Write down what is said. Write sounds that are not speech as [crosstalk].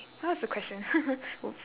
what was the question [laughs] !oops!